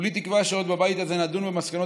כולי תקווה שעוד בבית הזה נדון במסקנות